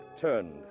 turned